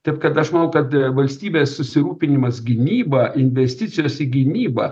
taip kad aš manau kad valstybės susirūpinimas gynyba investicijos į gynybą